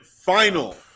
Final